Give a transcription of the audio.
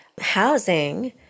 housing